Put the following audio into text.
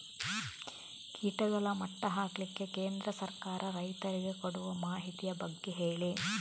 ಕೀಟಗಳ ಮಟ್ಟ ಹಾಕ್ಲಿಕ್ಕೆ ಕೇಂದ್ರ ಸರ್ಕಾರ ರೈತರಿಗೆ ಕೊಡುವ ಮಾಹಿತಿಯ ಬಗ್ಗೆ ಹೇಳಿ